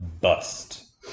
bust